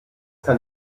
kann